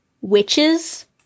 Witches